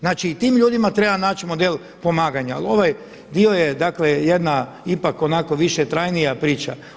Znači i tim ljudima treba naći model pomaganja, ali ovaj dio je dakle jedna ipak onako više trajnija priča.